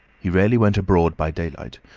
he rarely went abroad by daylight,